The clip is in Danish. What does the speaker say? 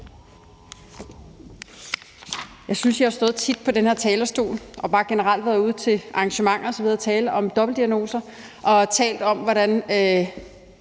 Jeg synes, jeg tit har stået på den her talerstol og bare generelt været ude til arrangementer osv. for at tale om dobbeltdiagnoser og talt om, hvordan